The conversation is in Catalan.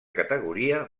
categoria